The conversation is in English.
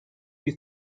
you